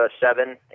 seven